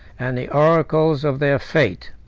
and the oracles of their fate.